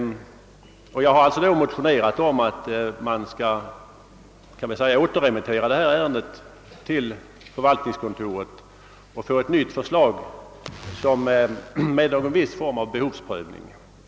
Jag har motionerat om att ärendet måtte återremitteras till förvaltningskontoret och att vi därifrån skall få ett nytt förslag som innehåller en viss form av behovsprövning.